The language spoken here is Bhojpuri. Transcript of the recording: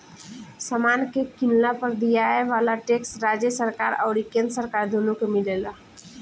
समान के किनला पर दियाये वाला टैक्स राज्य सरकार अउरी केंद्र सरकार दुनो के मिलेला